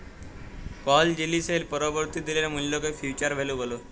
call জিলিসের পরবর্তী দিলের মূল্যকে ফিউচার ভ্যালু ব্যলে